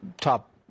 top